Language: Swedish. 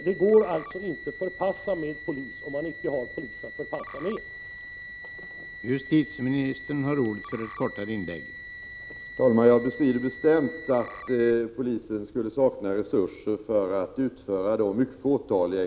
Det går alltså inte att förpassa med polis om det icke finns poliser att förpassa med.